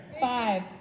Five